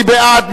מי בעד,